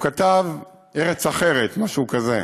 הוא כתב את "ארץ אחרת", משהו כזה.